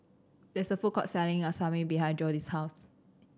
there is a food court selling Salami behind Jody's house